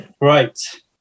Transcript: right